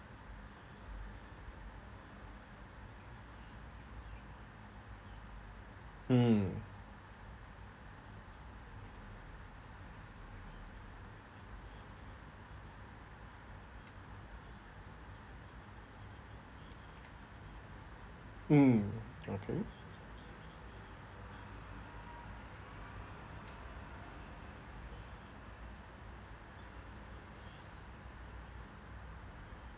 mm mm okay